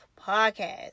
Podcast